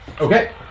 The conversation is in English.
Okay